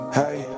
hey